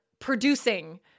producing